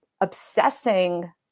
obsessing